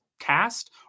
Cast